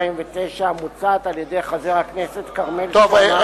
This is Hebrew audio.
המוצעת על-ידי חבר הכנסת כרמל שאמה,